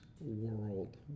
world